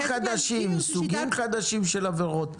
גם יש סוגים חדשים של עבירות.